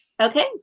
Okay